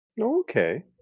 Okay